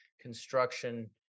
construction